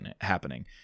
happening